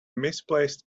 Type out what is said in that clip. misplaced